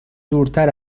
دورتر